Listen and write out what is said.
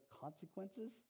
consequences